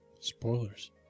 Spoilers